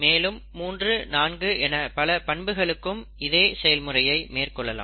மேலும் 3 4 என பல பண்புகளுக்கும் இதே செயல் முறையை மேற்கொள்ளலாம்